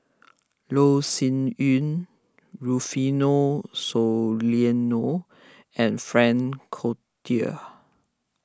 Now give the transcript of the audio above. Loh Sin Yun Rufino Soliano and Frank Cloutier